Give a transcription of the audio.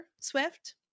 Swift